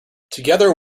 together